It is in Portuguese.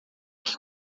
que